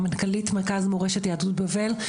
מנכ"לית מורשת יהדות בבל,